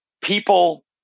people